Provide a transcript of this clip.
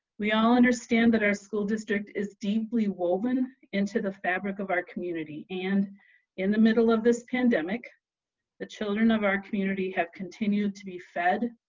we all understand that our school district is deeply woven into the fabric of our community, and in the middle of this pandemic the children of our community have continued to be fed,